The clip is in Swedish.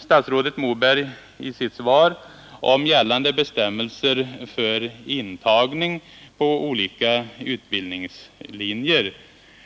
Statsrådet Moberg talar i sitt svar om gällande bestämmelser för intagning på olika utbildningslinjer.